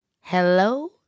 Hello